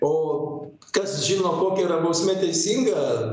o kas žino kokia yra bausmė teisinga